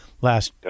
last